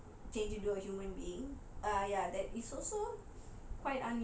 or like change into a human being err yeah that is also